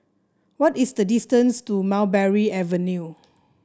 what is the distance to Mulberry Avenue